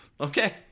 Okay